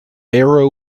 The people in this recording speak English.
aero